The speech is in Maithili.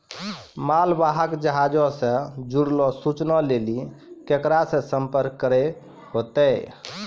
मालवाहक जहाजो से जुड़लो सूचना लेली केकरा से संपर्क करै होतै?